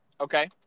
Okay